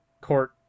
court